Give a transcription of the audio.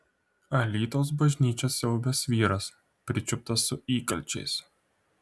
alytaus bažnyčią siaubęs vyras pričiuptas su įkalčiais